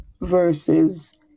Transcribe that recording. verses